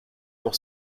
pour